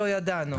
לא ידענו.